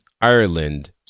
Ireland